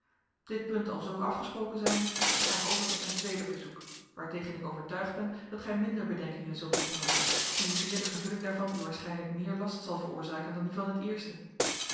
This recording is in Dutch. dit punt alzoo afgesproken zijnde ga ik over tot mijn tweede verzoek waartegen ik overtuigd ben dat gij minder bedenkingen zult opperen hoezeer de vervulling daarvan u waarschijnlijk meer last zal veroorzaken dan die van het eerste